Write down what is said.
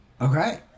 Okay